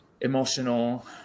emotional